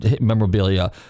memorabilia